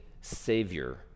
savior